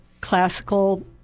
classical